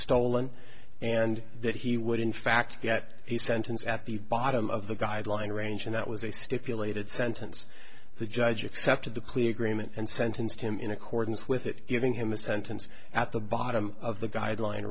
stolen and that he would in fact get a sentence at the bottom of the guideline range and that was a stipulated sentence the judge accepted the plea agreement and sentenced him in accordance with it giving him a sentence at the bottom of the guideline